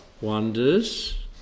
wonders